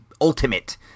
ultimate